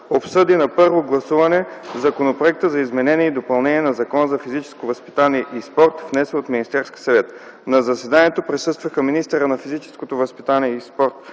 обсъди на първо гласуване на Законопроекта за изменение и допълнение на Закона за физическото възпитание и спорта, внесен от Министерски съвет. На заседанието присъстваха министърът на физическото възпитание и спорта